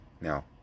Now